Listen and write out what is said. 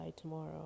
tomorrow